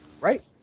right